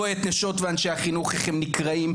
אנשי החינוך ונשות החינוך נקרעים,